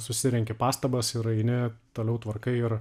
susirenki pastabas ir eini toliau tvarkai ir